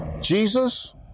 Jesus